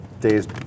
days